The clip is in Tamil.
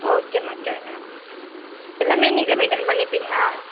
ஓகே ஓகேங்க மேம் எல்லாமே நீங்களே மெயின்டைன் பண்ணிப்பிங்களா